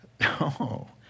no